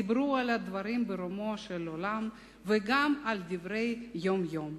דיברו על דברים ברומו של עולם וגם על דברים של יום-יום.